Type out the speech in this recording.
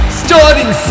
starting